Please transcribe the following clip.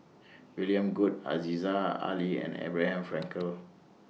William Goode Aziza Ali and Abraham Frankel